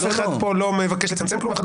אף אחד פה לא מבקש לצמצם כלום.